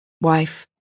wife